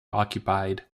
occupied